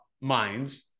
minds